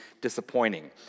disappointing